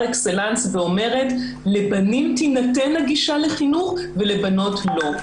אקסלנס ואומרת שלבנים תינתן הגישה לחינוך ולבנות לא.